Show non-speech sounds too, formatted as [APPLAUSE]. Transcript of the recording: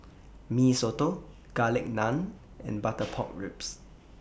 Mee Soto Garlic Naan and Butter [NOISE] Pork Ribs